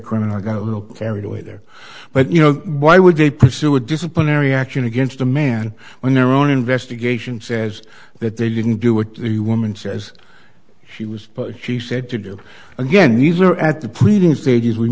criminal got a little carried away there but you know why would they pursue a disciplinary action against a man when their own investigation says that they didn't do what the woman says she was she said to do again we are at the pleading stage is we